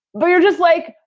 well, you're just like,